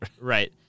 Right